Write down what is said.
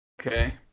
Okay